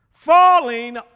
Falling